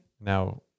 now